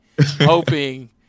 Hoping